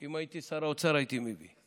אם הייתי שר האוצר, הייתי מביא.